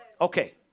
Okay